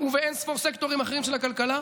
ובאין-ספור סקטורים אחרים של הכלכלה.